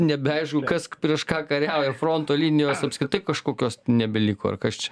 nebeaišku kas prieš ką kariauja fronto linijos apskritai kažkokios nebeliko ar kas čia